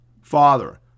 Father